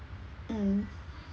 mm